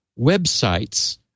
websites